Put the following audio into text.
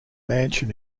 mansion